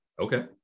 okay